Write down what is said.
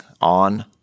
On